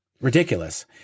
ridiculous